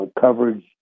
Coverage